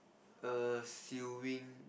err sewing